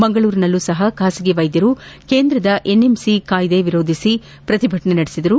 ಮಂಗಳೂರಿನಲ್ಲೂ ಸಹ ಖಾಸಗಿ ವೈದ್ಯರು ಕೇಂದ್ರದ ಎನ್ಎಂಸಿ ಕಾಯ್ದೆ ವಿರೋಧಿಸಿ ಪ್ರತಿಭಟನೆ ನಡೆಸಿದರು